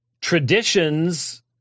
Traditions